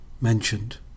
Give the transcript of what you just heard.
mentioned